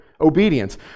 obedience